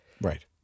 Right